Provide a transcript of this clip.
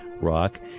rock